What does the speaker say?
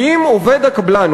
כי אם עובד הקבלן,